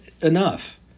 Enough